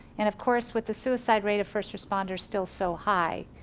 and of course with the suicide rate of first responders still so high,